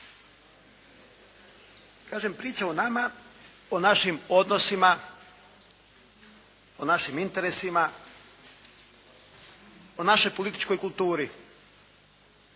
Kažem, priča o nama, o našim odnosima, o našim interesima, o našoj političkoj kulturi.